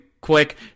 Quick